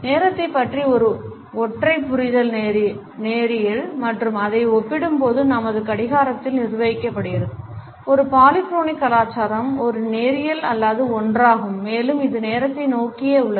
நேரத்தைப் பற்றிய ஒரு ஒற்றை புரிதல் நேரியல் மற்றும் அதை ஒப்பிடும்போது நமது கடிகாரத்தால் நிர்வகிக்கப்படுகிறது ஒரு பாலிக்ரோனிக் கலாச்சாரம் ஒரு நேரியல் அல்லாத ஒன்றாகும் மேலும் இது நேரத்தை நோக்கியே உள்ளது